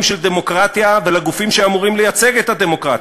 של דמוקרטיה ולגופים שאמורים לייצג את הדמוקרטיה.